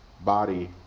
body